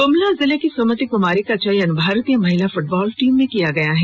गुमला जिले की सुमति कुमारी का चयन भारतीय महिला फुटबॉल टीम में किया गया है